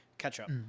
ketchup